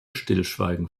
stillschweigen